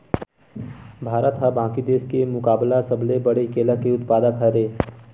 भारत हा बाकि देस के मुकाबला सबले बड़े केला के उत्पादक हरे